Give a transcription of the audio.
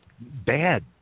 Bad